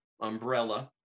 umbrella